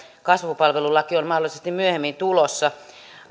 kasvupalvelulaki on mahdollisesti myöhemmin tulossa